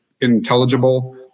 intelligible